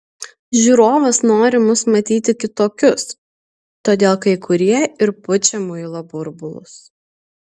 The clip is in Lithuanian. žiūrovas nori mus matyti kitokius todėl kai kurie ir pučia muilo burbulus